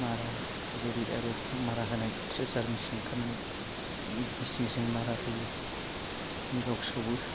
मारा जेरै आरो मारा होनाय थ्रेसार मेसिन ओंखारनानै मेसिनजों मारा होयो मिलाव सौवो